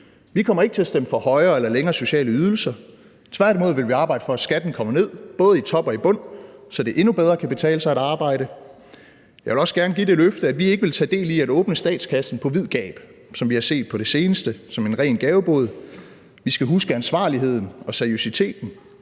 Vi kommer ikke til at stemme for højere eller længerevarende sociale ydelser, tværtimod vil vi arbejde for, at skatten kommer ned, både i top og i bund, så det endnu bedre kan betale sig at arbejde. Jeg vil også gerne give det løfte, at vi ikke vil tage del i at åbne statskassen på vid gab, som vi har set på det seneste, som en ren gavebod. Vi skal huske ansvarligheden og seriøsiteten.